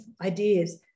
ideas